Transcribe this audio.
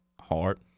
hard